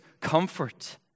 comfort